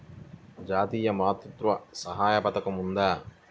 జాతీయ మాతృత్వ సహాయ పథకం ఉందా?